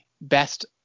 best